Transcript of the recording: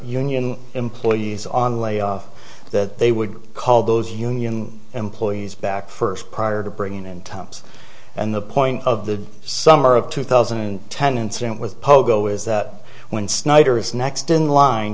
union employees on layoff that they would call those union employees back first prior to bring in end times and the point of the summer of two thousand and ten incident with pogo is that when snyder is next in line